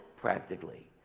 practically